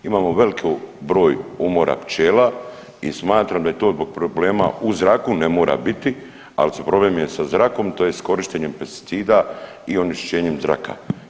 Imamo veliko broj umora pčela i smatram da je to zbog problema u zraku, ne mora biti, ali problem je sa zrakom, tj. korištenjem pesticida i onečišćenjem zraka.